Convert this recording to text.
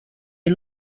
you